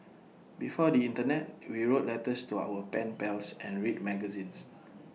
before the Internet we wrote letters to our pen pals and read magazines